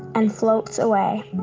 and floats away.